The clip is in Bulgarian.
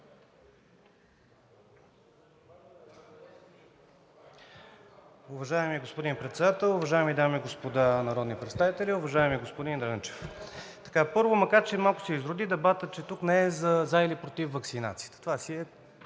Уважаеми господин Председател, уважаеми дами и господа народни представители! Уважаеми господин Дренчев, първо, макар че малко се изроди дебатът, че тук не е за или против ваксинацията – това си е